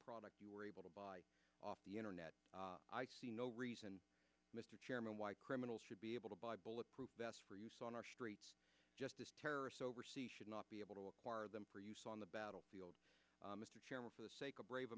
product you were able to buy off the internet i see no reason mr chairman why criminals should be able to buy bulletproof vests for use on our streets just as terrorists overseas should not be able to acquire them for use on the battlefield mr chairman for the sake of brave